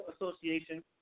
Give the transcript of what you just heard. association